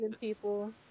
people